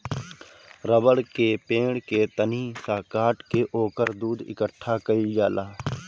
रबड़ के पेड़ के तनी सा काट के ओकर दूध इकट्ठा कइल जाला